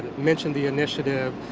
mentioned the initiative,